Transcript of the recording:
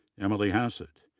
emily hassett,